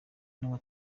nawe